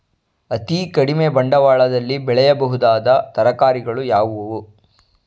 ಅತೀ ಕಡಿಮೆ ಬಂಡವಾಳದಲ್ಲಿ ಬೆಳೆಯಬಹುದಾದ ತರಕಾರಿಗಳು ಯಾವುವು?